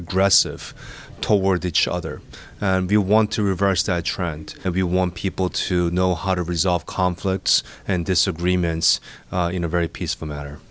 aggressive towards each other and you want to reverse the trend if you want people to know how to resolve conflicts and disagreements in a very peaceful matter